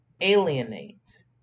alienate